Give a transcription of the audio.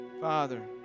Father